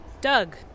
Doug